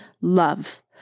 love